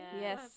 Yes